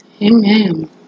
Amen